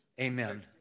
Amen